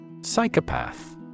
Psychopath